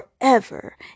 forever